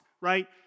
right